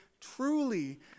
truly